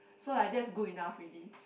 so like that's good enough already